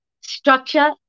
Structure